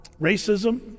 racism